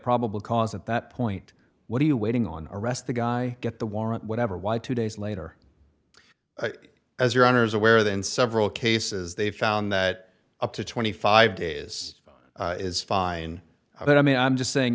probable cause at that point what are you waiting on arrest the guy get the warrant whatever why two days later as your owners aware than several cases they found that up to twenty five days is fine i don't i mean i'm just saying